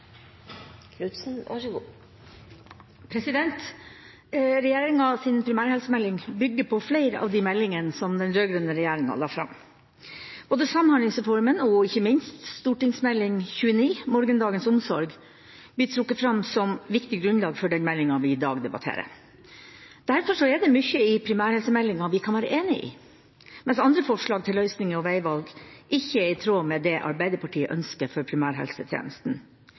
ikke minst Meld. St. 29 for 2012–2013, Morgendagens omsorg, blir trukket fram som viktig grunnlag for den meldinga vi i dag debatterer. Derfor er det mye i primærhelsemeldinga vi kan være enig i, mens andre forslag til løsninger og veivalg ikke er i tråd med det Arbeiderpartiet ønsker for primærhelsetjenesten.